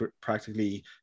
practically